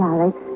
Alex